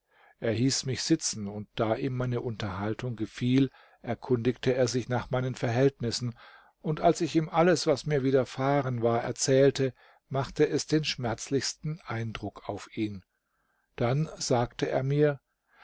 er hieß mich sitzen und da ihm meine unterhaltung gefiel erkundigte er sich nach meinen verhältnissen und als ich ihm alles was mir widerfahren war erzählte machte es den schmerzlichsten eindruck auf ihn dann sagte er mir